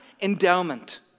endowment